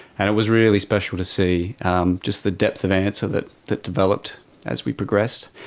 and it was really special to see um just the depth of answer that that developed as we progressed,